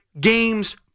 games